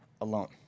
alone